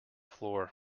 floor